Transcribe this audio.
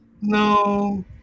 No